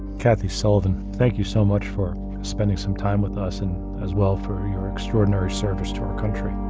kathy sullivan, thank you so much for spending some time with us and as well for your extraordinary service to our country.